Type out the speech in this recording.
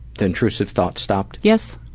the intrusive thoughts stopped? yes,